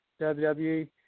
WWE